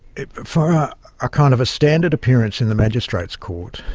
for a kind of a standard appearance in the magistrate's court,